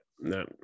no